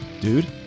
dude